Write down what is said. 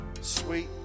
sweet